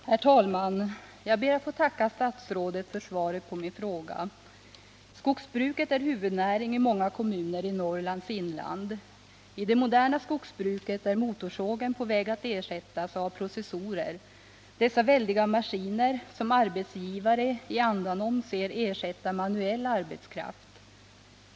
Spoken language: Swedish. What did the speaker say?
Herr talman! Jag ber att få tacka statsrådet för svaret på min fråga. Skogsbruket är huvudnäringen i många kommuner i Norrlands inland. I det moderna skogsbruket är motorsågen på väg att ersättas av processorer, dessa väldiga maskiner som arbetsgivare — i andanom — ser ersätta manuell arbetskraft.